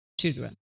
children